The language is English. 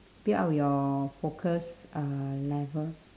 build up your focus uh level